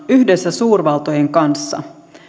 yhdessä suurvaltojen kanssa